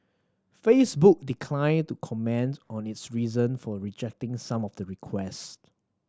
Facebook declined to comment on its reason for rejecting some of the request